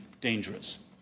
dangerous